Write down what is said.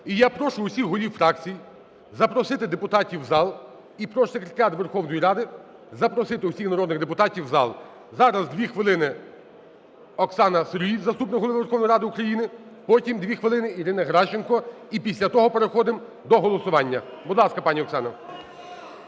І я прошу всіх голів фракцій запросити депутатів в зал. І прошу Секретаріат Верховної Ради запросити всіх народних депутатів в зал. Зараз 2 хвилини – Оксана Сироїд, заступник Голови Верховної Ради України. Потім 2 хвилини – Ірина Геращенко. І після того переходимо до голосування. Будь ласка, пані Оксана.